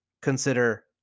consider